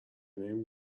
نمی